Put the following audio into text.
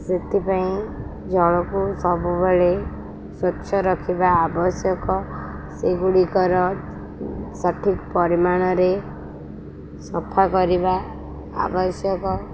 ସେଥିପାଇଁ ଜଳକୁ ସବୁବେଳେ ସ୍ୱଚ୍ଛ ରଖିବା ଆବଶ୍ୟକ ସେଗୁଡ଼ିକର ସଠିକ୍ ପରିମାଣରେ ସଫା କରିବା ଆବଶ୍ୟକ